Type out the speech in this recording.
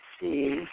See